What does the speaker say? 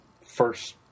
first